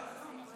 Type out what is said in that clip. יפה.